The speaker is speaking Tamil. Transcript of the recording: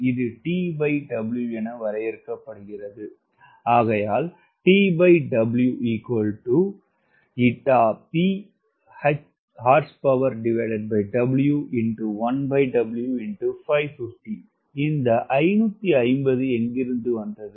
இது TW என வரையறுக்கப்படுகிறது இந்த 550 எங்கிருந்து வந்தது